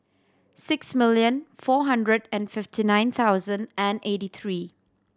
six millon four hundred and fifty nine thousand and eighty three